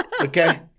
okay